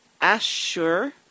Ashur